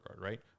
right